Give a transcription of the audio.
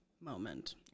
moment